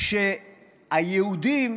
אנחנו,